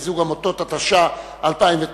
התש"ע 2009,